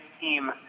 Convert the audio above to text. team